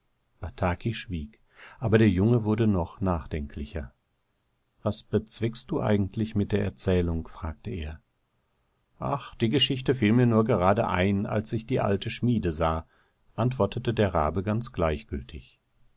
sehen und der schmied aus dem härjetal wurdealsderbesteimganzenlandeerklärt batakischwieg aberderjungewurdenochnachdenklicher wasbezweckst du eigentlich mit der erzählung fragte er ach die geschichte fiel mir nur gerade ein als ich die alte schmiede sah antwortete der rabe ganz gleichgültig